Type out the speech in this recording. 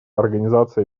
организации